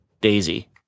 Daisy